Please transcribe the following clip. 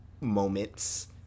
moments